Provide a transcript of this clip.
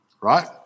right